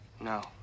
No